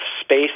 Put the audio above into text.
space